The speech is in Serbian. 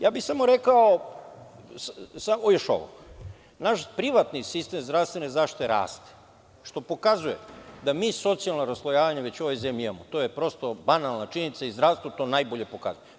Ja bih samo rekao, samo još ovo, naš privatni sistem zdravstvene zaštite raste, što pokazuje da mi socijalno raslojanje u ovoj zemlji imamo i to je prosto banalna činjenica i zdravstvo to najbolje pokazuje.